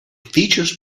features